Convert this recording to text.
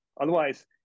Otherwise